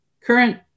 current